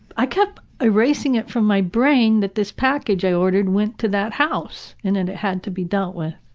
i kept erasing it from my brain that this package i ordered went to that house and that and it had to be dealt with.